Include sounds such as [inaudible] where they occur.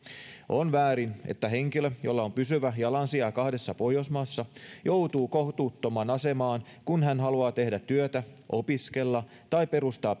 on väärin että henkilö jolla on pysyvä jalansija kahdessa pohjoismaassa joutuu kohtuuttomaan asemaan kun hän haluaa tehdä työtä opiskella tai perustaa [unintelligible]